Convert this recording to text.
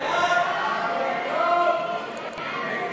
ההצעה להעביר